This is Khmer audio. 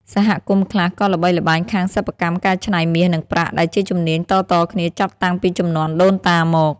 សហគមន៍ខ្លះក៏ល្បីល្បាញខាងសិប្បកម្មកែច្នៃមាស និងប្រាក់ ដែលជាជំនាញតៗគ្នាចាប់តាំងពីជំនាន់ដូនតាមក។